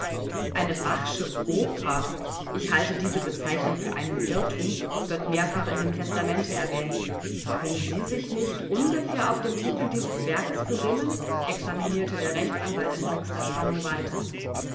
eine bachsche oper ich halte diese bezeichnung für einen irrtum wird mehrfach in dem testamente erwähnt können sie sich nicht ungefähr auf den titel dieses werkes besinnen examinierte der rechtsanwalt in höchster spannung weiter